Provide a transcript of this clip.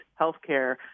healthcare